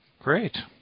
Great